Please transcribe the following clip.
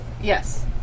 Yes